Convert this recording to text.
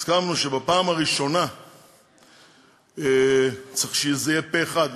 הסכמנו שבפעם הראשונה צריך שזה יהיה פה-אחד,